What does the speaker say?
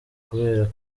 kubera